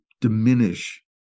diminish